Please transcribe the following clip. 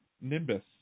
Nimbus